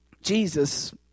Jesus